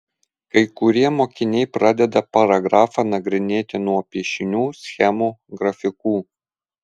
kai kurie mokiniai pradeda paragrafą nagrinėti nuo piešinių schemų grafikų